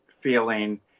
feeling